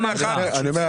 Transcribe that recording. אני אומר,